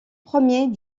premiers